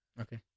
Okay